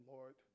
Lord